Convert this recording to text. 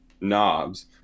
knobs